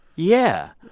yeah.